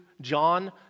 John